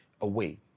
away